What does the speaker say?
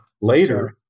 later